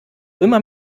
immer